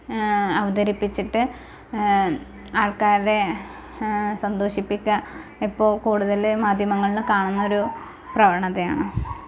അവതരിപ്പിച്ചിട്ട് ആൾക്കാരെ സന്തോഷിപ്പിക്കുക ഇപ്പോൾ കൂടുതല് മാധ്യമങ്ങളില് കാണുന്ന ഒരു പ്രവണതയാണ്